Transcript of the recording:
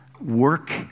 work